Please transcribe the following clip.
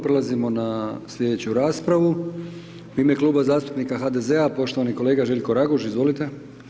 Prelazimo na slijedeću raspravu, u ime kluba zastupnika HDZ-a, poštovani kolega Željko Raguž, izvolite.